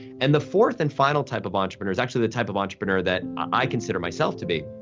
and the fourth and final type of entrepreneurs, actually the type of entrepreneur that i consider myself to be,